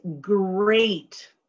great